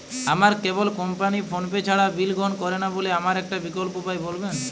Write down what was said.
আমার cable company PhonePe ছাড়া bill গ্রহণ করে না বলে আমার একটা বিকল্প উপায় বলবেন?